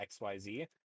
xyz